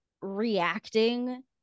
reacting